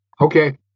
Okay